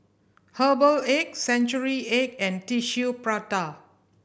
herbal egg century egg and Tissue Prata